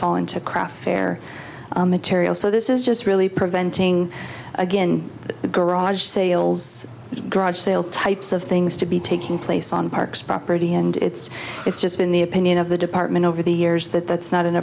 fall into craft fair material so this is just really preventing again the garage sales dried sale types of things to be taking place on parks property and it's it's just been the opinion of the department over the years that that's not an